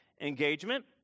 Engagement